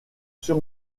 sur